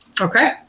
Okay